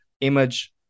image